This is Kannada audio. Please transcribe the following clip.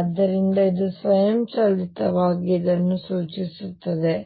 ಆದ್ದರಿಂದ ಇದು ಸ್ವಯಂಚಾಲಿತವಾಗಿ ಇದನ್ನು ಸೂಚಿಸುತ್ತದೆ